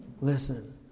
Listen